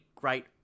Great